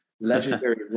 legendary